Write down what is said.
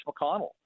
McConnell